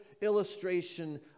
illustration